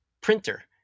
printer